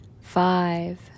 five